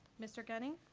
mr. gunning?